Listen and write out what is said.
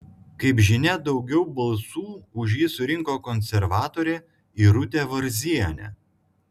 kaip žinia daugiau balsų už jį surinko konservatorė irutė varzienė